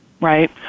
right